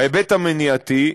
בהיבט המניעתי,